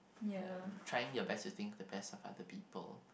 like trying your best to think the best of other people